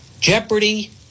Jeopardy